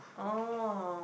oh